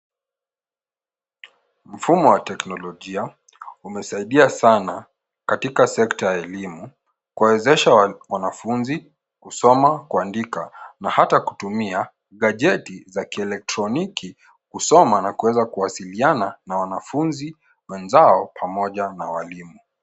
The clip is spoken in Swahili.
Mfumo wa teknolojia umesaidia sana katika sekta ya elimu kuwawezesha wanafunzi kusoma, kuandika na hata kutumia gajeti za kielektroniki, kusoma na kuweza kuwasiliana na wanafunzi wenzao pamoja na walimu.